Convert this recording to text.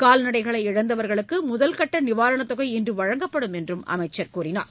கால்நடைகளை இழந்தவர்களுக்கு முதல்கட்ட நிவாரணத் தொகை இன்று வழங்கப்படும் என்றும் அமைச்சர் கூறினார்